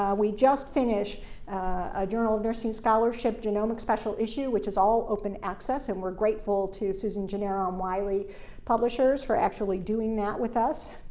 we just finished a journal of nursing scholarship genomics special issue, which is all open access, and we're grateful to susan gennaro and um wiley publishers for actually doing that with us.